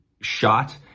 shot